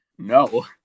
No